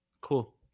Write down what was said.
Cool